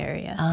Area